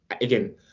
again